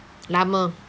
lama